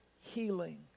healing